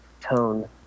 tone